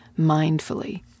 mindfully